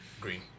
Green